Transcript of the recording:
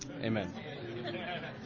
amen